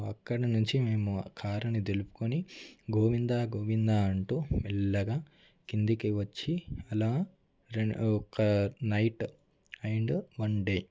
so అక్కడ నుంచి మేము ఆ కార్ని దులుపుకుని గోవిందా గోవిందా అంటూ మెల్లగా కిందికి వచ్చి అలా ఒక నైట్ అండ్ వన్ డే